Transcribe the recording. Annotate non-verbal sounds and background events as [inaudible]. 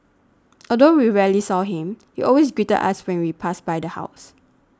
[noise] although we rarely saw him he always greeted us when we passed by the house